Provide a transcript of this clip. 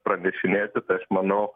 pranešinėti tai aš manau